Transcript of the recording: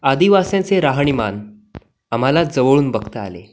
आदिवास्यांचे राहणीमान आम्हाला जवळून बघता आले